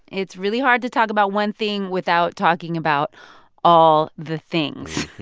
it's really hard to talk about one thing without talking about all the things.